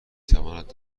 تواند